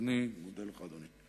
אני מודה לך, אדוני.